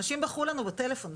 אנשים בכו לנו בטלפון,